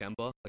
Kemba